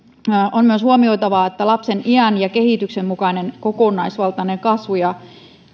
myös huomioitavaa että lapsen iän ja kehityksen mukainen kokonaisvaltainen kasvu ja